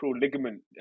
ligament